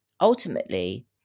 ultimately